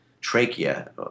trachea